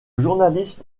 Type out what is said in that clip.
journaliste